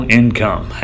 income